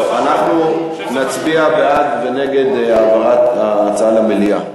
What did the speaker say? טוב, אנחנו נצביע בעד ונגד העברת ההצעה למליאה,